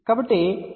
కాబట్టి ఇది 69